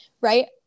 right